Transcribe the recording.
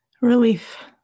Relief